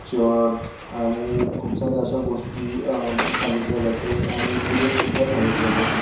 picture आणि खूप साऱ्या अशा गोष्टी सांगितली जाते आणि सिरियलसुद्धा सांगितली जाते